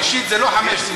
חמישית זה לא חמש.